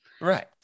Right